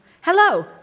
hello